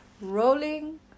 Rolling